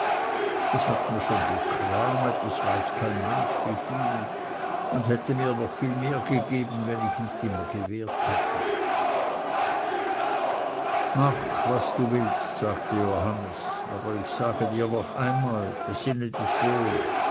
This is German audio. es hat mir schon gekramet es weiß kein mensch wie viel und hätte mir noch viel mehr gegeben wenn ich nicht immer gewehrt hätte mach was du willst sagte johannes aber ich sage dir noch einmal besinne dich wohl